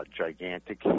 gigantic